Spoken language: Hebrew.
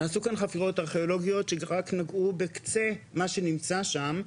נעשו כאן חפירות ארכיאולוגיות שרק נגעו בקצה מה שנמצא שם,